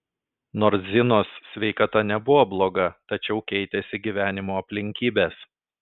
nors zinos sveikata nebuvo bloga tačiau keitėsi gyvenimo aplinkybės